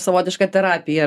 savotiška terapija